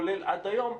כולל עד היום,